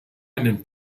einen